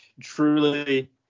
truly –